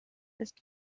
ist